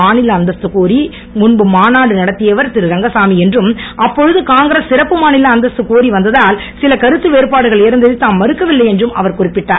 மாநில அந்தஸ்து கோரி முன்பு மாநாடு நடத்தியவர் திருரங்கசாமி என்றும் அப்போது காங்கிரஸ் சிறப்பு மாநில அந்தஸ்து கோரி வந்ததால் சில கருத்து வேறுபாடுகள் இருந்ததை தாம் மறுக்கவில்லை என்றும் அவர் குறிப்பிட்டார்